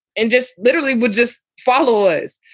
and just literally would just follow us.